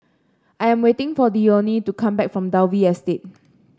I am waiting for Dione to come back from Dalvey Estate